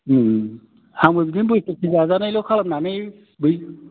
ओम आंबो बिदिनो बोसोरसे जाजानायल' खालामनानै बै